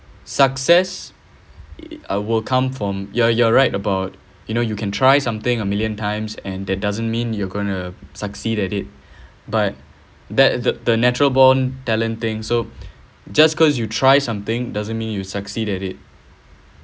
success will come from you are you are right about you know you can try something a million times and that doesn't mean you are going to succeed at it but that the natural born talent thing so just cause you try something doesn't mean you will succeed at it